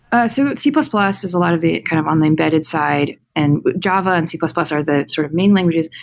ah so c plus plus is a lot of the kind of on the embedded side and java and c plus plus are the sort of main languages.